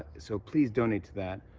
so please donate to that.